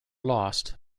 lost